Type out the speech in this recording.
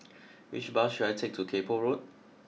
which bus should I take to Kay Poh Road